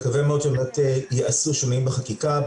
מקווה מאוד שבאמת יעשו שינויים בחקיקה,